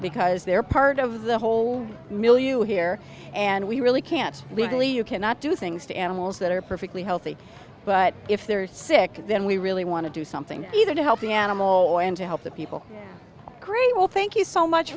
because they're part of the whole one million here and we really can't legally you cannot do things to animals that are perfectly healthy but if they're sick then we really want to do something either to help the animal and to help the people great well thank you so much